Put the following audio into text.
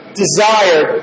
desire